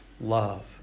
love